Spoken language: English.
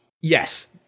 yes